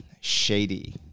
Shady